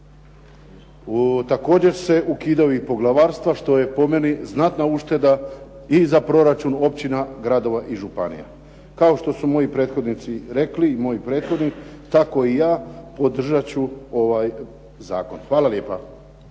Također se ukidaju i poglavarstva što je po meni znatna ušteda i za proračun općina, gradova i županija. Kao što su moji prethodnici rekli i moj prethodnik tako i ja podržat ću ovaj zakon. Hvala lijepa.